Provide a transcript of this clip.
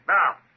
Now